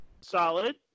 Solid